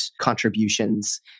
contributions